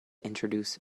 introduce